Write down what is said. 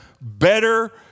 better